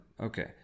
Okay